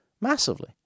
Massively